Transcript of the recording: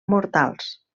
mortals